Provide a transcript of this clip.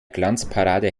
glanzparade